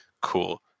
cool